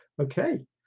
okay